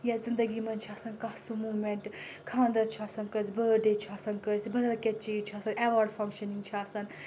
یا زِندگی منٛز چھِ آسان کانٛہہ سُہ موٗمؠنٛٹ خاندَر چھُ آسان کٲنٛسہِ بٲر ڈے چھُ آسان کٲنٛسہِ بَدَل کینٛہہ چیٖز چھِ آسان اؠواڈ فنٛگشَنِنٛگ چھِ آسان